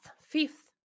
fifth